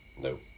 No